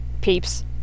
peeps